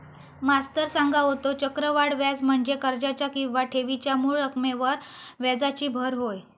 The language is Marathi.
मास्तर सांगा होतो, चक्रवाढ व्याज म्हणजे कर्जाच्या किंवा ठेवीच्या मूळ रकमेवर व्याजाची भर होय